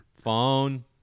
phone